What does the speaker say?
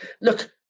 Look